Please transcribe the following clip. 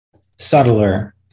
subtler